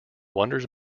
wanders